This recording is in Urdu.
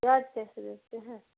پیاز کیسے دیتے ہیں